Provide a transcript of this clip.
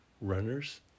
runners